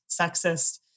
sexist